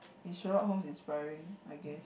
is Sherlock-Holmes inspiring I guess